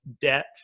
debt